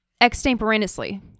extemporaneously